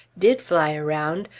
did fly around,